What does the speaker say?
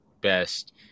best